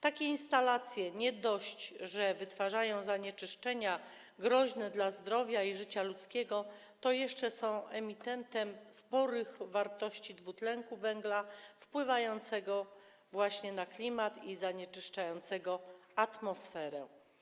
Takie instalacje nie dość, że wytwarzają zanieczyszczenia groźne dla zdrowia i życia ludzkiego, to jeszcze są emitentem sporych wartości dwutlenku węgla, wpływającego na klimat i zanieczyszczającego atmosferę.